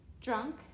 drunk